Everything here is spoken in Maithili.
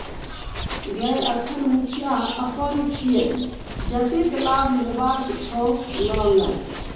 गय अखन मुखिया अपन छियै जतेक लाभ लेबाक छौ ल लए